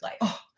life